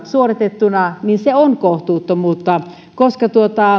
suoritettuna se on kohtuuttomuutta koska